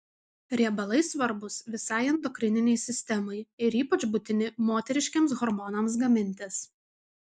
riebalai svarbūs visai endokrininei sistemai ir ypač būtini moteriškiems hormonams gamintis